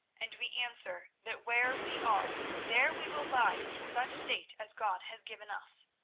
and we answer that where we are there we will bide in such state as god has given us.